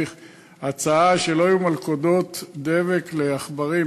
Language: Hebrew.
ההצעה היא שלא יהיו מלכודות דבק לעכברים,